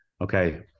okay